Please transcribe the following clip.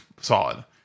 solid